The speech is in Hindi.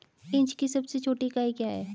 इंच की सबसे छोटी इकाई क्या है?